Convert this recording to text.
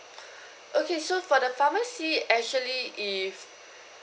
okay so for the pharmacy actually if